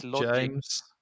James